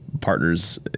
partners